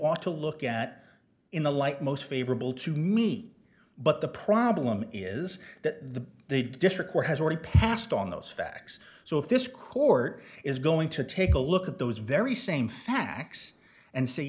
ought to look at in the light most favorable to me but the problem is that the they district court has already passed on those facts so if this court is going to take a look at those very same facts and say